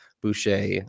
Boucher